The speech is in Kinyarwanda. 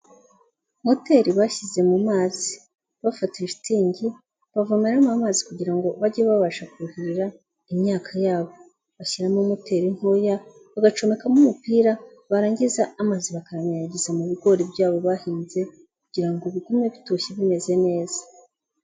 Moteri bashyize mu mazi, bafatishije shitingi, bavomeramo amazi kugira ngo bajye babasha kuhirira imyaka yabo, bashyiramo moteri ntoya, bagacomekamo umupira, barangiza amazi bakayanyanyagiza mu bigori byabo bahinze kugira ngo bigume bitoshye bimeze neza.